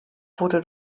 wurde